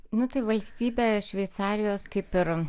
nu tai valstybė šveicarijos kaip ir